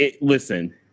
listen